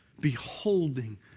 Beholding